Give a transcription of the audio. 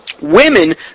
Women